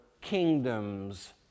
kingdoms